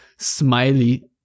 smiley